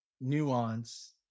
nuance